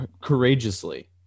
courageously